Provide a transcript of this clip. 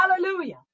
Hallelujah